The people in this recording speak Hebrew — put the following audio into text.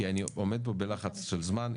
כי אני עומד פה בלחץ של זמן,